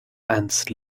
ants